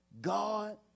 God